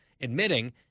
admitting